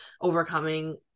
overcoming